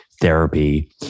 therapy